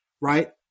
right